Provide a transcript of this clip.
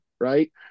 right